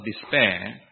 despair